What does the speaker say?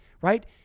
right